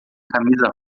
camisa